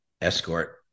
escort